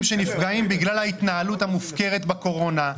שנפגעים בגלל ההתנהלות המופקרת בקורונה.